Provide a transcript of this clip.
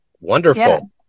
Wonderful